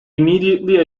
immediately